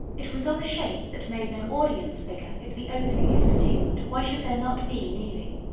it was of a shape that made no audience bigger if the opening is assumed why should there not be kneeling.